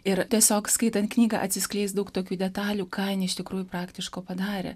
ir tiesiog skaitant knygą atsiskleis daug tokių detalių ką jin iš tikrųjų praktiško padarė